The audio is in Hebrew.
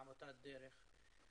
עמותת 'הדרך',